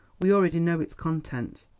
we already know its contents.